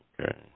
Okay